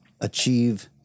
achieve